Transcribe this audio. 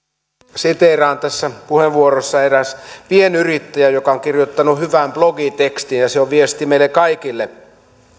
siteeraan tässä puheenvuorossa erästä pienyrittäjää joka on kirjoittanut hyvän blogitekstin ja se on viesti meille kaikille